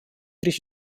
речь